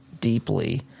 deeply